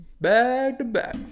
Back-to-back